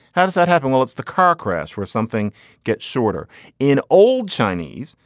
how does that happen? well, it's the car crash where something gets shorter in old chinese,